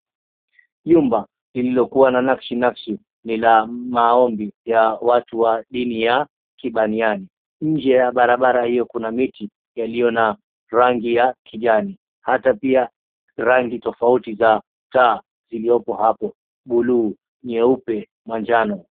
Jumba lililokuwa na nakshinakshi ni la maombi ya watu wa dini ya Kibaniani. Nje ya barabara hiyo kuna miti iliyo na rangi ya kijani, hata pia rangi tofauti za taa ziliopo hapo buluu, nyeupe, manjano.